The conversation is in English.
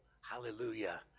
hallelujah